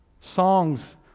Songs